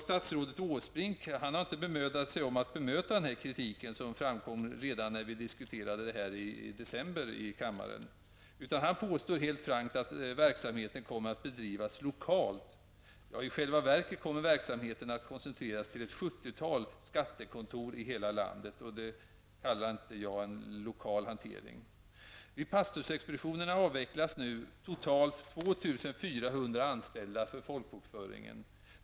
Statsrådet Åsbrink har inte bemödat sig om att bemöta kritiken, som framkom redan när vi diskuterade detta i kammaren i december, utan han påstår helt frankt att verksamheten kommer att bedrivas lokalt. I själva verket kommer verksamheten att koncentreras till ett sjuttiotal skattekontor i hela landet. Det kallar inte jag en lokal hantering. anställda för folkbokföringen.